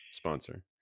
sponsor